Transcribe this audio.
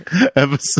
episode